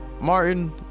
Martin